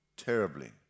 terribly